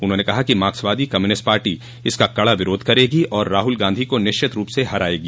उन्होंने कहा कि मार्क्सवादी कम्यूनिस्ट पार्टी इसका कड़ा विरोध करेगी और राहुल गांधी को निश्चित रूप से हरायेगी